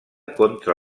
contra